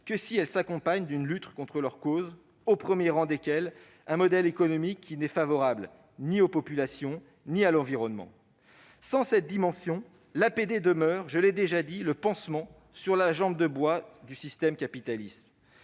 que si elle s'accompagne d'une lutte contre les causes de ces inégalités, aux premiers rangs desquelles un modèle économique qui n'est favorable ni aux populations ni à l'environnement. Sans cette dimension, l'APD demeure, je l'ai déjà dit, le pansement sur la jambe de bois du système capitaliste.